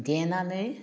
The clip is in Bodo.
देनानै